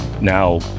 now